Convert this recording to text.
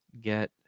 get